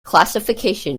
classification